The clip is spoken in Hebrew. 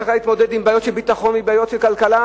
שצריכה להתמודד עם בעיות של ביטחון ובעיות של כלכלה,